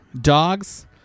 Dogs